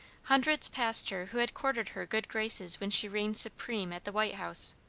hundreds passed her who had courted her good graces when she reigned supreme at the white house,